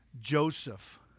Joseph